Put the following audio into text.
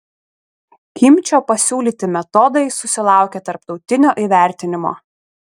kimčio pasiūlyti metodai susilaukė tarptautinio įvertinimo